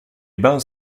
bains